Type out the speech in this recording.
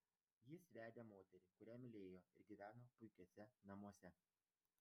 jis vedė moterį kurią mylėjo ir gyveno puikiuose namuose